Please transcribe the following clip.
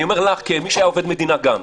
אני אומר לך כמי שהיה עובד מדינה גם: